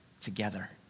together